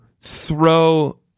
throw